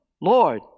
Lord